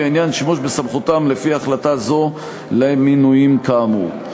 העניין שימוש בסמכותם לפי החלטה זו למינויים כאמור.